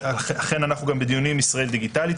ואכן אנחנו גם בדיונים עם ישראל דיגיטלית,